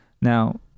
Now